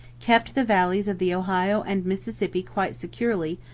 kept the valleys of the ohio and mississippi quite securely,